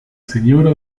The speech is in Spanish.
señora